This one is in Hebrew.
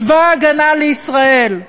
צבא ההגנה לישראל.